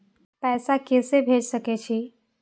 पैसा के से भेज सके छी?